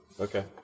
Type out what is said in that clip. Okay